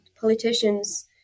politicians